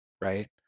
right